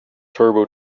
turbo